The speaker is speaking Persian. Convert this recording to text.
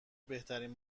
بهترین